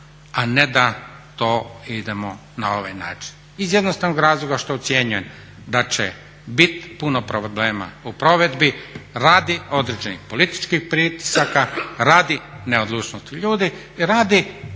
a ne da to idemo na ovaj način iz jednostavnog razloga što ocjenjujem da će bit puno problema u provedbi radi određenih političkih pritisaka, radi neodlučnosti ljudi i radi